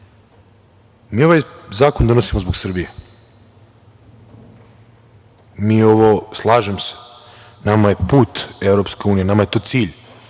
mi ovaj zakon donosimo zbog Srbije. Slažem se, nama je put EU, nama je to cilj